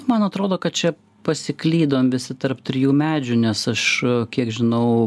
man atrodo kad čia pasiklydom visi tarp trijų medžių nes aš kiek žinau